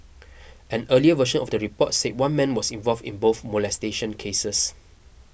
an earlier version of the report said one man was involved in both molestation cases